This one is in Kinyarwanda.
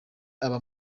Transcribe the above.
aba